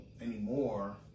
anymore